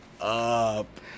up